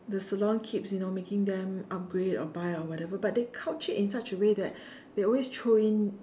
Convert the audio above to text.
the salon kits you know making them upgrade or buy or whatever but they couch it in such a way that they always throw in